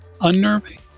unnerving